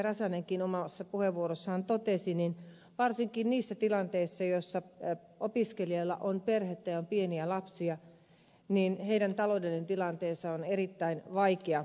räsänenkin omassa puheenvuorossaan totesi varsinkin niissä tilanteissa joissa opiskelijalla on perhettä ja on pieniä lapsia heidän taloudellinen tilanteensa on erittäin vaikea